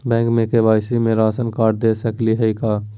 Bank में KYC में ration card दे सकली हई का?